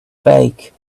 fake